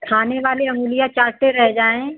खाने वाले अंगुलियाँ चाटते रहे जाएँ